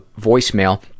voicemail